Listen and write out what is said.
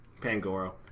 Pangoro